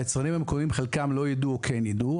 חלק מהיצרנים המקומיים לא יידעו או כן יידעו,